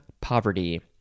poverty